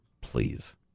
Please